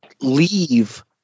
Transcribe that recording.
leave